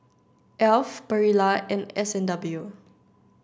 Alf Barilla and S and W